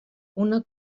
una